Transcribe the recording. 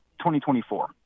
2024